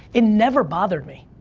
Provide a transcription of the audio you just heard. it never bothered me.